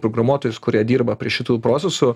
programuotojus kurie dirba prie šitų procesų